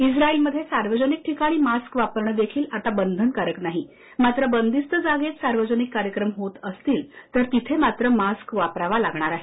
इस्राईलमध्ये सार्वजनिक ठिकाणी मास्क वापरणं देखील आता बंधनकारक नाही मात्र बंदिस्त जागेत सार्वजनिक कार्यक्रम होत असतील तर तिथे मात्र मास्क वापरावा लागणार आहे